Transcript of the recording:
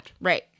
Right